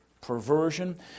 perversion